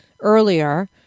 earlier